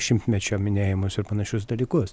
šimtmečio minėjimus ir panašius dalykus